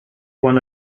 one